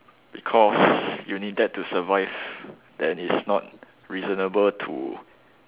because you need that to survive then it's not reasonable to